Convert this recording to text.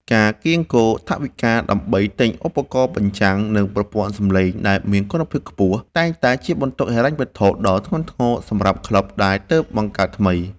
ការកៀងគរថវិកាដើម្បីទិញឧបករណ៍បញ្ចាំង និងប្រព័ន្ធសំឡេងដែលមានគុណភាពខ្ពស់ តែងតែជាបន្ទុកហិរញ្ញវត្ថុដ៏ធ្ងន់ធ្ងរសម្រាប់ក្លឹបដែលទើបបង្កើតថ្មី។